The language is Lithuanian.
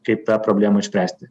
kaip tą problemą išspręsti